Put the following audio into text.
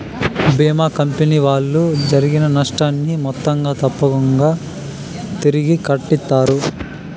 భీమా company వాళ్ళు జరిగిన నష్టాన్ని మొత్తంగా తప్పకుంగా తిరిగి కట్టిత్తారు